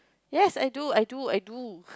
yes I do I do I do